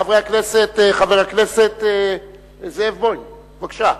חבר הכנסת זאב בוים, בבקשה,